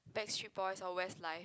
Backstreet Boys or Westlife